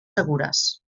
segures